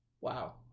Wow